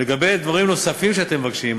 לגבי דברים נוספים שאתם מבקשים,